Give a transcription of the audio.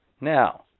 Now